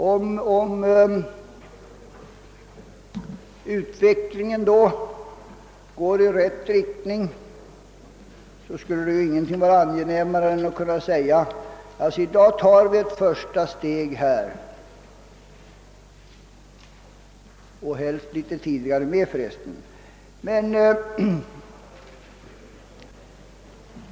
Om utvecklingen går i rätt riktning skulle ingenting vara mig kärare än att då kunna säga: I dag tar vi ett första steg på vägen mot skattelättnader.